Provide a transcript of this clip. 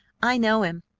i know him.